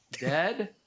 Dead